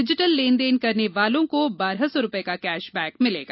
digital लेनदेन करने वालों को एक हजार दो सौ रूपये का कैश बैक मिलेगा